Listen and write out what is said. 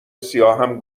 سیاهم